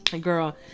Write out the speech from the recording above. girl